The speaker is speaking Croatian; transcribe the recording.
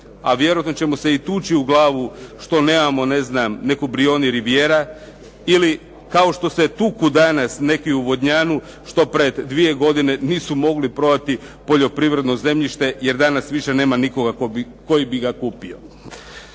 a vjerojatno ćemo se i tući u glavu što nemamo ne znam, neku Brijuni Rivijera ili kao što se tuku danas neki u Vodnjanu što pred 2 godine nisu mogli prodati poljoprivredno zemljište, jer danas nema više nikoga koji bi ga kupio.